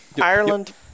Ireland